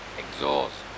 exhaust